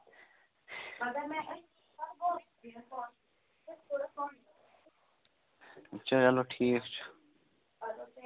چلو ٹھیٖک چھُ